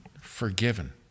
forgiven